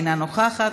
אינה נוכחת,